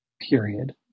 Period